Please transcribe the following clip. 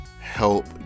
help